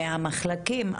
מהמחלקים,